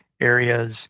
areas